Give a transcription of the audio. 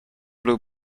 blue